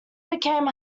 became